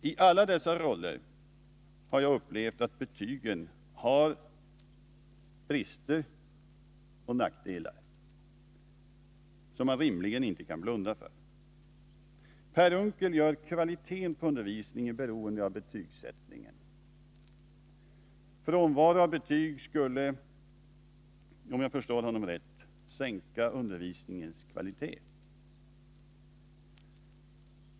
I alla dessa roller har jag upplevt att betygen har brister och nackdelar som man rimligen inte kan blunda för. Per Unckel gör kvaliteten på undervisningen beroende av betygsättningen. Frånvaro av betyg skulle, om jag förstår honom rätt, sänka undervisningens kvalitet.